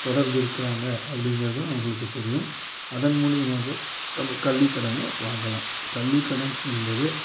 தொடர்பு இருக்கிறாங்க அப்படிங்கிறதும் உங்களுக்கு தெரியும் அதன் மூலிமாக நம்ம கல்விக்கடனை வாங்கலாம் கல்விக்கடன் என்பது